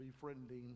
befriending